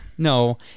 No